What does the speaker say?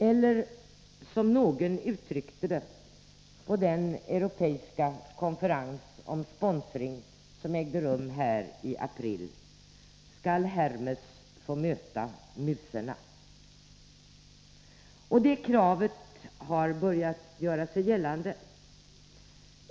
Eller som någon uttryckte det på den europeiska konferens om sponsring som ägde rum här i april: Skall Hermes få möta muserna? Det kravet har börjat göra sig gällande.